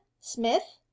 smith